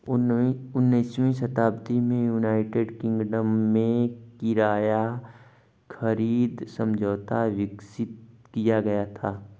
उन्नीसवीं शताब्दी में यूनाइटेड किंगडम में किराया खरीद समझौता विकसित किया गया था